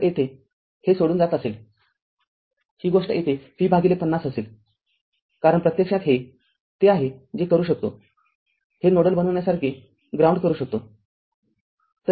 तर येथे हे सोडून जात असेल ही गोष्ट येथे V५० असेल कारण प्रत्यक्षात हे ते आहे जे करू शकतो हे नोडल बनविण्यासारखे ग्राउंड करू शकतो